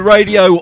Radio